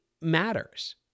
matters